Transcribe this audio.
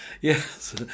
Yes